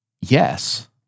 yes